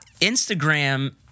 Instagram